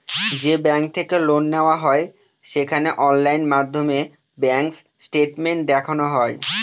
যে ব্যাঙ্ক থেকে লোন নেওয়া হয় সেখানে অনলাইন মাধ্যমে ব্যাঙ্ক স্টেটমেন্ট দেখানো হয়